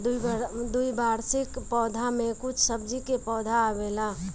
द्विवार्षिक पौधा में कुछ सब्जी के पौधा आवेला